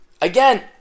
Again